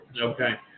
Okay